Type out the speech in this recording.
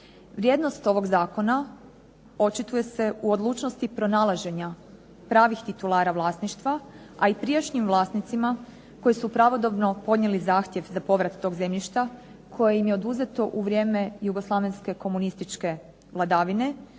Vrijednost ovog Zakona očituje se u odlučnosti pronalaženja pravih titulara vlasništva a i prijašnjim vlasnicima koji su pravodobno podnijeli zahtjev za povrat tog zemljišta koje im je oduzeto u vrijeme jugoslavenske komunističke vladavine